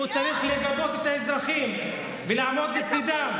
הוא צריך לגבות את האזרחים ולעמוד לצידם.